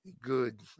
good